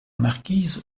marquise